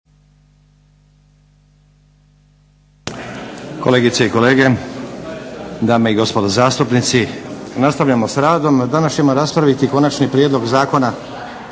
Kolegice i kolege, dame i gospodo zastupnici, nastavljamo sa radom. Danas ćemo raspraviti - Konačni prijedlog zakona